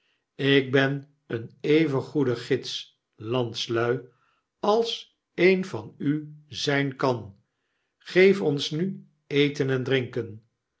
ik ben een'eraigoede gids landslui als een van u zyn kan geeft ons nu eten en drinken